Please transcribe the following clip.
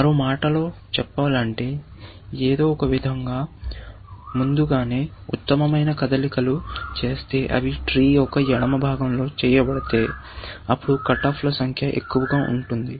మరో మాటలో చెప్పాలంటే ఏదో ఒకవిధంగా ముందుగానే ఉత్తమమైన కదలికలు చేస్తే అవి ట్రీ యొక్క ఎడమ భాగంలో చేయబడితే అప్పుడు కట్ ఆఫ్ల సంఖ్య ఎక్కువగా ఉంటుంది